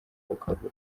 ukabura